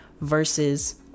versus